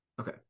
Okay